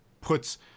puts